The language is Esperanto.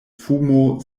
fumo